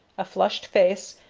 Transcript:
a flushed face,